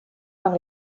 par